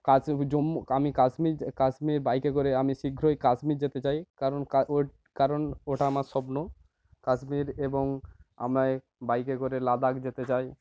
কাশীভু জম্মু আমি কাশ্মীর কাশ্মীর বাইকে করে আমি শীঘ্রই কাশ্মীর যেতে চাই কারণ কা ওর কারণ ওটা আমার স্বপ্ন কাশ্মীর এবং আমাই বাইকে করে লাদাখ যেতে চাই